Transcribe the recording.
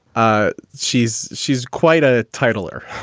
ah she's she's quite a titler.